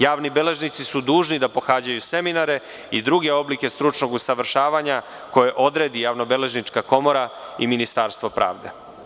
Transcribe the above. Javni beležnici su dužni da pohađaju seminare i druge oblike stručnog usavršavanja koje odredi javnobeležnička komora i Ministarstvo pravde.